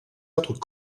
autres